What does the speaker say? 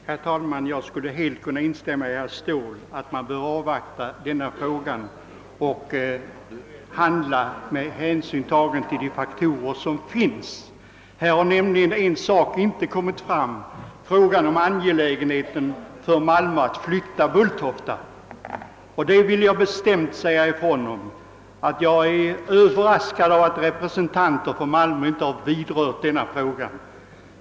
Herr talman! Jag vill instämma i vad herr Ståhl sade, att vi bör avvakta och handla med hänsyn tagen till föreliggande faktorer. En sak har inte kommit fram i sammanhanget, nämligen angelägenheten för Malmö stad att flytta Bulltofta flygplats. Jag är mycket överraskad av att Malmös representanter inte har berört den frågan.